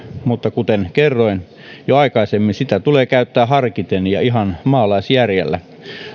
mutta kuten kerroin jo aikaisemmin sitä tulee käyttää harkiten ja ihan maalaisjärjellä